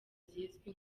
zizwi